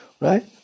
Right